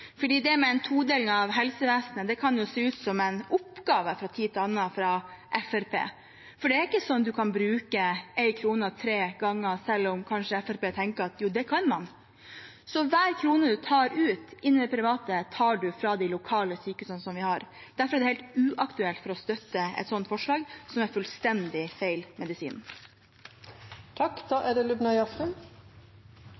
En todeling av helsevesenet kan se ut som en oppgave fra tid til annen for Fremskrittspartiet. Det er ikke sånn at en kan bruke 1 kr tre ganger selv om Fremskrittspartiet kanskje tenker at det kan man. Så hver krone man tar ut til private, tar en fra de lokale sykehusene som vi har. Derfor er det helt uaktuelt å støtte et sånt forslag, som er fullstendig feil medisin.